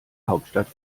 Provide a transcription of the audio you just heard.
hauptstadt